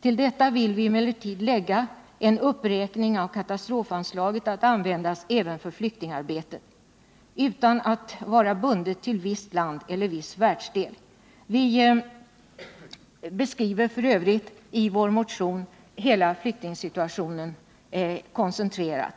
Till detta vill vi emellertid lägga en uppräkning av katastrofanslaget att användas även för flyktingarbete — utan att vara bundet till visst land eller viss världsdel. Vi beskriver f.ö. i vår motion hela flyktingsituationen koncentrerad.